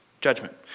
judgment